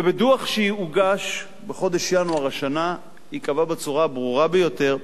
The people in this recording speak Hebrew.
ובדוח שהוגש בחודש ינואר השנה היא קבעה בצורה הברורה ביותר,